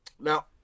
Now